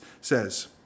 says